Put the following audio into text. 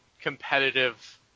competitive